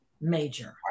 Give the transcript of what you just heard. major